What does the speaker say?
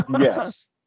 Yes